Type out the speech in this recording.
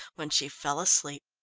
when she fell asleep.